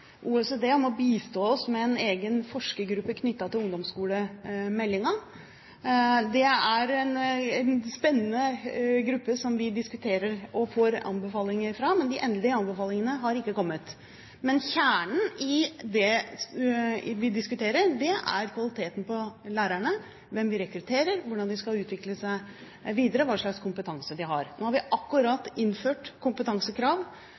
OECD om å bistå oss med en egen forskergruppe knyttet til ungdomsskolemeldingen. Det er en spennende gruppe, som vi diskuterer med og får anbefalinger fra, men de endelige anbefalingene har ikke kommet. Men kjernen i det vi diskuterer, er kvaliteten på lærerne, hvem vi rekrutterer, hvordan de skal utvikle seg videre, og hva slags kompetanse de har. Nå har vi akkurat innført kompetansekrav